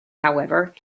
however